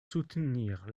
soutenir